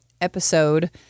episode